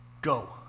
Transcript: go